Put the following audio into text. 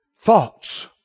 thoughts